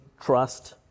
trust